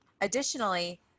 additionally